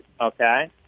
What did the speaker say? okay